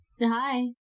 Hi